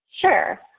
Sure